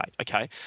okay